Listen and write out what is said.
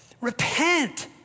repent